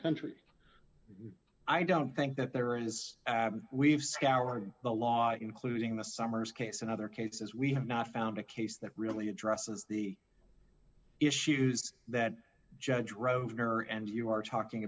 country i don't think that there is we've scoured the law including the summers case in other cases we have not found a case that really addresses the issues that judge wrote in her and you are talking